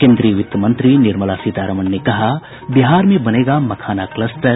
केंद्रीय वित्त मंत्री निर्मला सीतारमन ने कहा बिहार में बनेगा मखाना कलस्टर